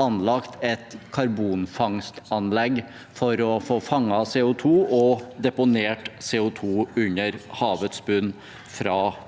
anlagt et karbonfangstanlegg for å få fanget og deponert CO2 fra Melkøya under